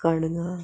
कण्गां